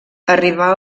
arribà